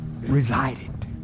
resided